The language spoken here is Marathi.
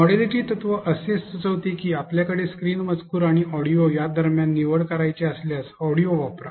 मोडॅलिटी तत्व असे सुचविते की आपल्याकडे स्क्रीन मजकूर आणि ऑडिओ या दरम्यान निवड करायची असल्यास ऑडिओ वापरा